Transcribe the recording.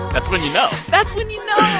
that's when you know that's when you know. i